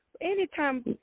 anytime